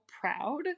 proud